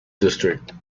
district